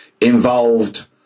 involved